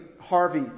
Harvey